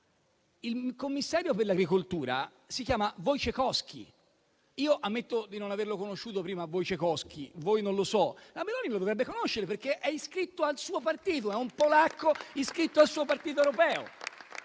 il Commissario europeo per l'agricoltura si chiama Wojciechowski. Io ammetto di non averlo conosciuto prima: voi non so. Meloni lo dovrebbe conoscere, perché è iscritto al suo partito: è un polacco iscritto al suo partito in Europa.